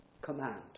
command